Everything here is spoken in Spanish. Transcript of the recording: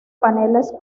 paneles